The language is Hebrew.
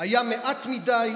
היה מעט מדי,